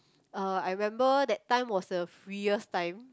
uh I remember that time was the freest time